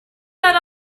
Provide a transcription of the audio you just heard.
that